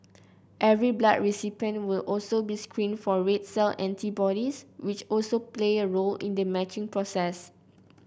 every blood recipient will also be screened for red cell antibodies which also play a role in the matching process